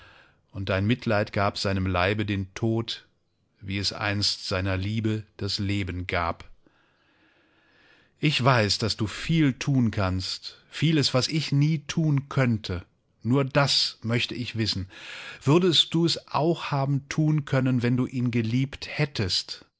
und dein mitleid gab seinem leibe den tod wie es einst seiner liebe das leben gab ich weiß daß du viel tun kannst vieles was ich nie tun könnte nur das möchte ich wissen würdest du es auch haben tun können wenn du ihn geliebt hättest